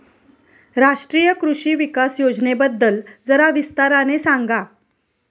राष्ट्रीय कृषि विकास योजनेबद्दल जरा विस्ताराने सांगा